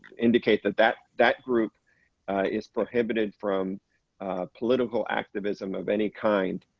indicate that that that group is prohibited from political activism of any kind.